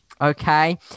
Okay